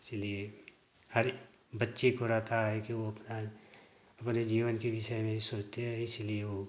इसलिए हरेक बच्चे को रहता है कि वो अपना अपने जीवन के विषय में ही सोचे इसलिए वो